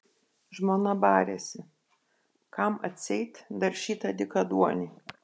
žmona barėsi kam atseit dar šitą dykaduonį